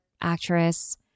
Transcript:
actress